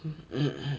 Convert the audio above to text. mmhmm